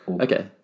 okay